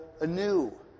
anew